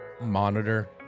monitor